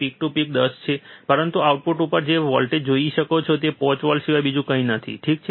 peak to peak 10 છે પરંતુ output ઉપર તમે જે વોલ્ટેજ જોઈ શકો છો તે 5 વોલ્ટ સિવાય બીજું કંઈ નથી ઠીક છે